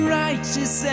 righteous